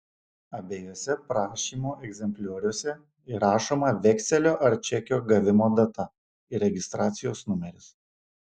abiejuose prašymo egzemplioriuose įrašoma vekselio ar čekio gavimo data ir registracijos numeris